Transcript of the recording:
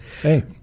Hey